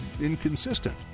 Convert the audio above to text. inconsistent